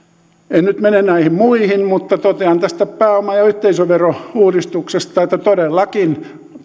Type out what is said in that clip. en nyt mene näihin muihin mutta totean tästä pääoma ja ja yhteisöverouudistuksesta että todellakin